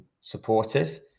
supportive